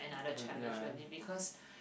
another challenge really because